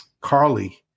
Carly